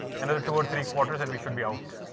another two or three quarters and we should be out,